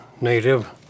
native